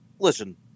Listen